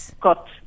got